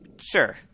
Sure